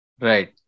Right